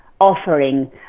offering